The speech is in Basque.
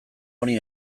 honi